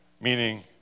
Meaning